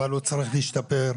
אבל הוא צריך להשתפר.